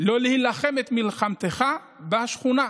לא להילחם את מלחמתך בשכונה.